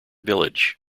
village